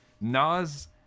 Nas